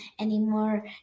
anymore